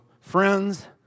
friends